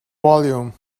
volume